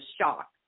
shock